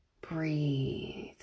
breathe